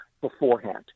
beforehand